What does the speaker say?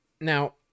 now